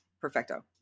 perfecto